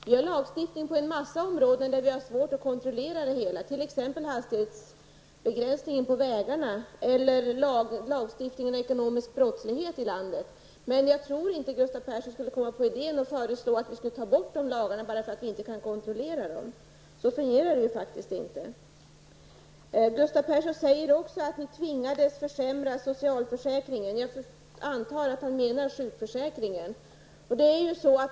Vi har lagstiftning på en massa områden som är svåra att kontrollera, t.ex. hastighetsbegränsningen på vägarna eller lagstiftningen om ekonomisk brottslighet i landet. Jag tror inte att Gustav Persson skulle komma på idén att föreslå att vi skulle ta bort de lagarna bara därför att vi inte kan kontrollera att de efterföljs. Så fungerar det ju faktiskt inte. Gustav Persson säger också att vi tvingades försämra socialförsäkringen; jag antar att han menar sjukförsäkringen.